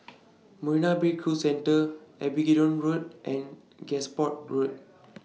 Marina Bay Cruise Centre Abingdon Road and Gosport Road